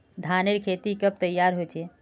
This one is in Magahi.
धानेर खेती कब तैयार होचे?